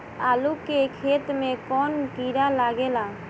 आलू के खेत मे कौन किड़ा लागे ला?